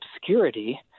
obscurity